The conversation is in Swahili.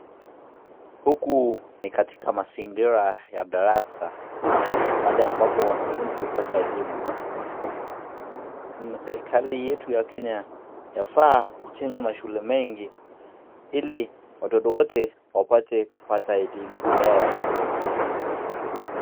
Huku ni katika mazingira ya darasa pale ambapo wanafunzi hupata elimu. Serikali yetu ya Kenya inafaa kujenga mashule mengi ili watoto wote wapate kupata elimu bora.